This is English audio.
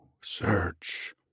search